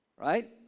right